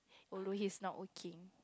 although he's not working